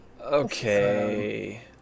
Okay